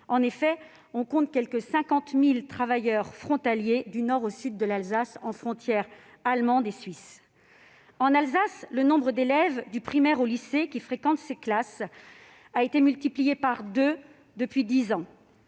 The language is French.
En effet, on compte quelque 50 000 travailleurs frontaliers du nord au sud de l'Alsace, sur les frontières allemande et suisse. En Alsace, le nombre d'élèves, du primaire au lycée, qui fréquentent ces classes a été multiplié par deux depuis dix ans.